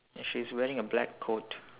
she is wearing a black coat